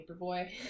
Paperboy